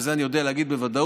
ואת זה אני יודעת להגיד בוודאות,